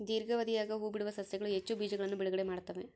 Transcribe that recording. ದೀರ್ಘಾವಧಿಯಾಗ ಹೂಬಿಡುವ ಸಸ್ಯಗಳು ಹೆಚ್ಚು ಬೀಜಗಳನ್ನು ಬಿಡುಗಡೆ ಮಾಡ್ತ್ತವೆ